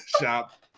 shop